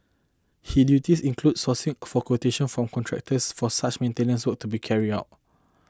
he duties includes sourcing for quotation from contractors for such maintenance work to be carry out